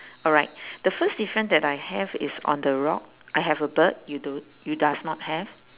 alright the first difference that I have is on the rock I have a bird you do you does not have